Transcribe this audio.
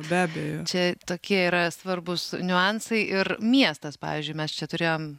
be abejo čia tokie yra svarbūs niuansai ir miestas pavyzdžiui mes čia turėjom